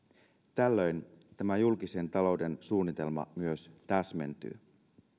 tällöin tämä julkisen talouden suunnitelma myös täsmentyy